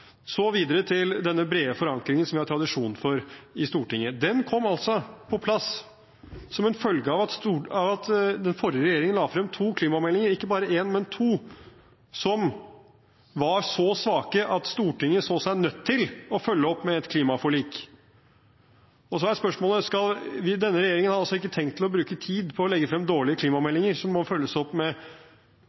Så videre til den brede forankringen, som vi har tradisjon for i Stortinget: Den kom på plass som en følge av at den forrige regjeringen la frem to klimameldinger – ikke bare én, men to – som var så svake at Stortinget så seg nødt til å følge opp med et klimaforlik. Denne regjeringen har ikke tenkt å bruke tid på å legge frem dårlige klimameldinger, som må følges opp med